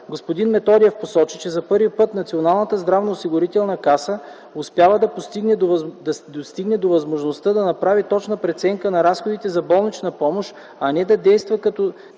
Господин Методиев посочи, че за първи път Националната здравноосигурителна каса успява да достигне до възможността да направи точна преценка на разходите за болнична помощ, а не да действа, както